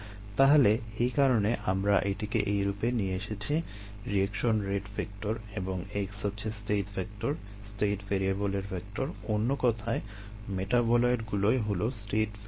তাহলে এই কারণেই আমরা এটিকে এই রূপে নিয়ে এসেছি রিয়েকশন রেট ভেক্টর এবং x হচ্ছে স্টেট ভেক্টর স্টেট ভ্যারিয়বলের ভেক্টর অন্য কথায় মেটাবোলাইটগুলোই হলো স্টেট ভ্যারিয়েবল